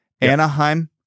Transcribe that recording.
Anaheim